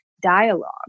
dialogue